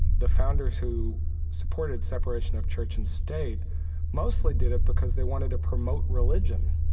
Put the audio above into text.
the founders who supported separation of church and state mostly did it because they wanted to promote religion,